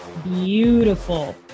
beautiful